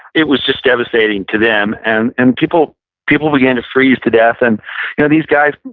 it was just devastating to them and and people people began to freeze to death and yeah these guys,